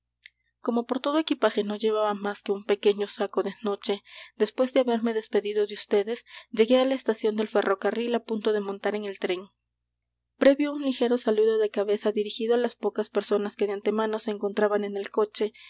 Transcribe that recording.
como por todo equipaje no llevaba más que un pequeño saco de noche después de haberme despedido de ustedes llegué á la estación del ferrocarril á punto de montar en el tren previo un ligero saludo de cabeza dirigido á las pocas personas que de antemano se encontraban en el coche